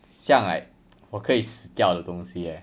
像 like 我可以死掉的东西 eh